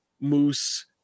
moose